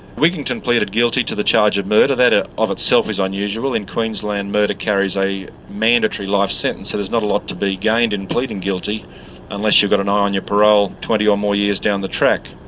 wigginton pleaded guilty to the charge of murder. that ah of itself is unusual in queensland murder carries a mandatory life sentence, so there's not a lot to be gained in pleading guilty unless you've got an eye on your parole twenty or more years down the track.